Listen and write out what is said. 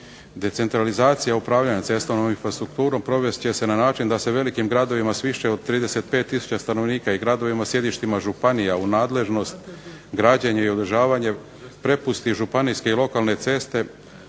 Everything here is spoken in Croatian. ceste. Upravljanja cestovnom infrastrukturom provest će se na način da se u velikim gradovima s više od 35 tisuća stanovnika i gradovima sjedištima županija u nadležnost građenja i održavanja prepusti županijske i lokalne ceste